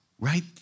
right